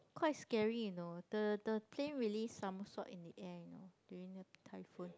quite scary you know the the plane really somersault in the air you know during the typhoon